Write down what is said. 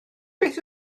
beth